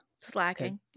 Slacking